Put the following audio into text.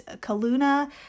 Kaluna